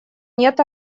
нет